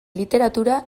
literatura